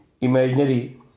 imaginary